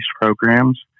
programs